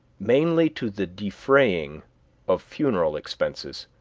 mainly to the defraying of funeral expenses.